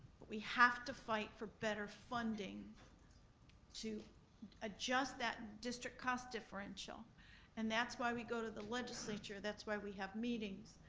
we have to fight for better funding to adjust that district cost differential and that's why we go to the legislature, that's why we have meetings,